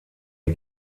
die